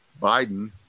Biden